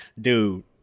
dude